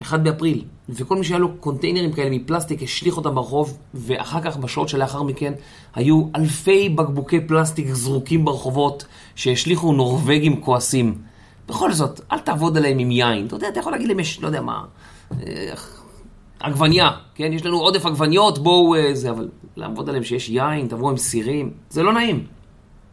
אחד באפריל, וכל מי שהיה לו קונטיינרים כאלה, מפלסטיק, השליך אותם ברחוב, ואחר כך, בשעות שלאחר מכן, היו אלפי בקבוקי פלסטיק זרוקים ברחובות, שהשליחו נורבגים כועסים. בכל זאת, אל תעבוד עליהם עם יין. אתה יודע, אתה יכול להגיד להם יש, לא יודע, מה... עגבניה, כן? יש לנו עודף עגבניות, בואו זה, אבל... לעבוד עליהם שיש יין, תבואו עם סירים, זה לא נעים.